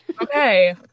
okay